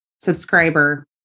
subscriber